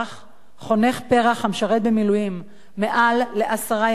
חונך פר"ח המשרת במילואים מעל לעשרה ימים בשנה